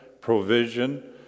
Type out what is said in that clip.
provision